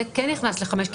זה כן נכנס ל-5.